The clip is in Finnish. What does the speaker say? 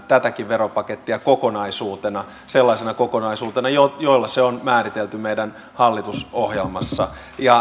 tätäkin veropakettia kokonaisuutena sellaisena kokonaisuutena jona se on määritelty meidän hallitusohjelmassamme